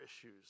issues